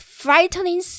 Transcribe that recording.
frightening